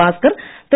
Bhaskar Thiru